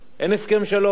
שום דבר לא קרה,